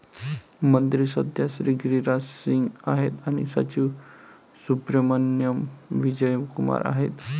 मंत्री सध्या श्री गिरिराज सिंग आहेत आणि सचिव सुब्रहमान्याम विजय कुमार आहेत